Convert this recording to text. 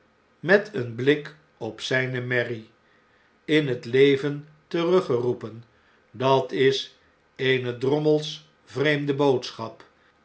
met een blik op zijne merrie in t leven teruggeroepen i dat is eene drommels vreemde boodschap